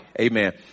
amen